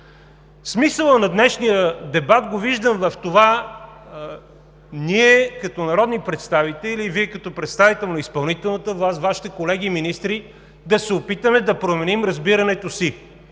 Смисълът на днешния дебат го виждам в това – ние като народни представители и Вие като представител на изпълнителната власт, Вашите колеги министри, да се опитаме да променим разбирането си,